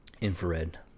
Infrared